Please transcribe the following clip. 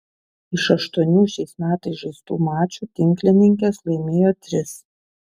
iš aštuonių šiais metais žaistų mačų tinklininkės laimėjo tris